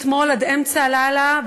אתמול עד אמצע הלילה,